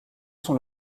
sont